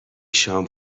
شام